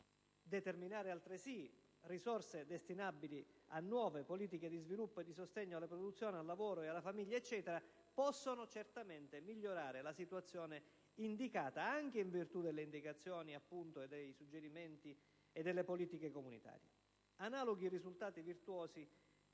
di scala e altresì risorse destinabili a nuove politiche di sviluppo e di sostegno alla produzione, al lavoro, alla famiglia, migliorando certamente la situazione, anche in virtù delle indicazioni, dei suggerimenti e delle politiche comunitarie. Analoghi risultati virtuosi